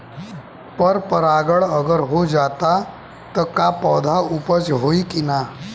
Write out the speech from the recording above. पर परागण अगर हो जाला त का पौधा उपज होई की ना?